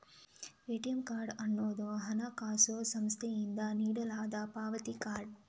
ATM card ಅನ್ನುದು ಹಣಕಾಸು ಸಂಸ್ಥೆಯಿಂದ ನೀಡಲಾದ ಪಾವತಿ ಕಾರ್ಡ್